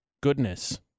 goodness